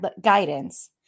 guidance